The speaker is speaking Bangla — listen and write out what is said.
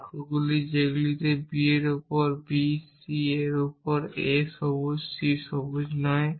বাক্যগুলির সেটগুলি যেটি b এর উপর b c এর উপর a সবুজ এবং c সবুজ নয়